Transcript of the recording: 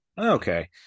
okay